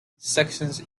sections